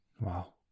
Wow